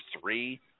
three